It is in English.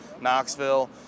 Knoxville